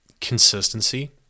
consistency